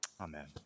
Amen